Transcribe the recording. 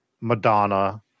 Madonna